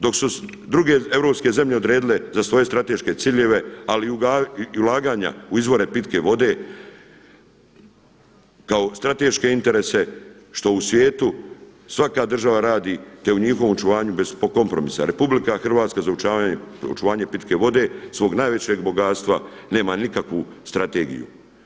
Dok su druge europske zemlje odredile za svoje strateške ciljeve, ali i ulaganja u izvore pitke vode kao strateške interese što u svijetu svaka država rati, te je u njihovom očuvanju bez kompromisa, RH za očuvanje pitke vode svog najvećeg bogatstva nema nikakvu strategiju.